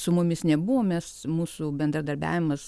su mumis nebuvo mes mūsų bendradarbiavimas